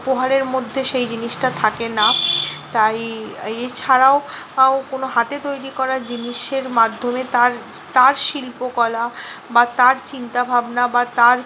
উপহারের মধ্যে সেই জিনিসটা থাকে না তাই এছাড়াও আও কোনো হাতে তৈরি করা জিনিসের মাধ্যমে তার তার শিল্পকলা বা তার চিন্তা ভাবনা বা তার